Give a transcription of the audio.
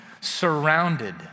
surrounded